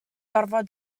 gorfod